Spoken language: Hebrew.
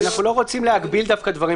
כי אנחנו לא רוצים להגביל דווקא דברים